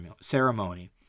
ceremony